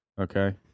Okay